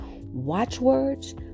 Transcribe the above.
watchwords